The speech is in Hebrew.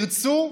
ירצו,